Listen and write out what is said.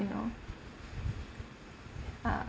you know uh